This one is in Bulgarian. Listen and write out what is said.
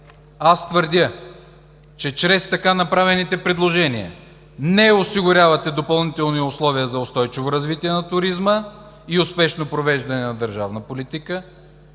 аз твърдя, че чрез така направените предложения не осигурявате допълнителни условия за устойчиво развитие на туризма и успешно провеждане на държавна политика,